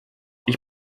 ich